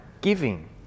giving